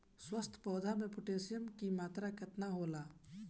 स्वस्थ पौधा मे पोटासियम कि मात्रा कितना होला?